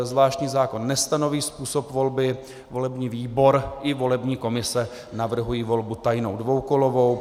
Zvláštní zákon nestanoví způsob volby, volební výbor i volební komise navrhují volbu tajnou, dvoukolovou.